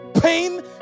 Pain